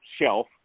shelf